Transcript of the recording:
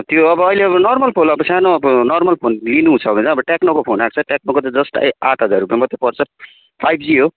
त्यो अब अहिले नर्मल फोन अब सानो अब नर्मल फोन लिनुहुन्छ भने अब टेक्नोको फोन आएको छ टेक्नोको त जस्ट आठ हजार रुपियाँ मात्रै पर्छ फाइभ जी हो